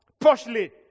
partially